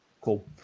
cool